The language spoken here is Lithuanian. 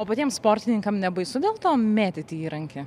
o patiems sportininkam nebaisu dėl to mėtyti įrankį